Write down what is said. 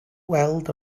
weld